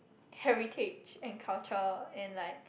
heritage and culture and like